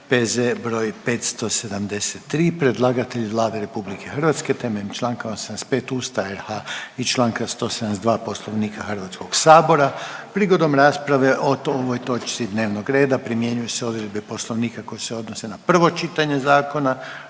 P.Z. br. 573. Predlagatelj je Vlada RH temeljem čl. 85. Ustava RH i čl. 172. Poslovnika HS-a. Prigodom rasprave o ovoj točci dnevnog reda primjenjuju se odredbe Poslovnika koje se odnose na prvo čitanje zakona.